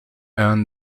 earned